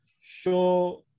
show